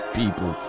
people